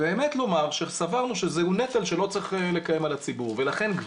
האמת לומר שסברנו שזהו נטל שלא צריך לקיים על הציבור ולכן,